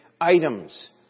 items